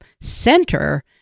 center